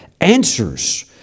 answers